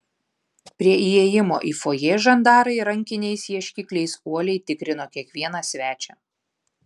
prie įėjimo į fojė žandarai rankiniais ieškikliais uoliai tikrino kiekvieną svečią